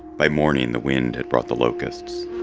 by morning, the wind had brought the locusts.